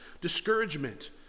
discouragement